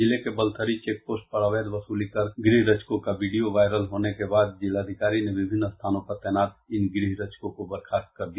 जिले के बलथरी चेकपोस्ट पर अवैध वसूली कर गृह रक्षकों का विडियो वायरल होने के बाद जिलाधिकारी ने विभिन्न स्थानों पर तैनात इन गृह रक्षकों को बर्खास्त कर दिया